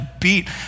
beat